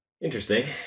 Interesting